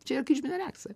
čia yra kryžminė reakcija